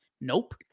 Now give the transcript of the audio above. Nope